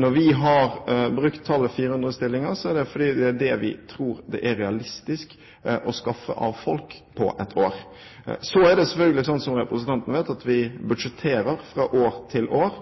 Når vi har brukt tallet 400 stillinger, er det fordi det er det vi tror er realistisk å skaffe av folk på ett år. Så er det selvfølgelig slik, som representanten vet, at vi budsjetterer fra år til år.